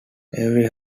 every